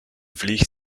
vlieg